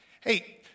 Hey